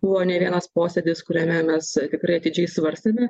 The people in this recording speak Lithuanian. buvo ne vienas posėdis kuriame mes tikrai atidžiai svarstėme